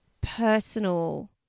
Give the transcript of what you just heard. personal